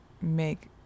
make